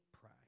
pride